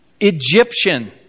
Egyptian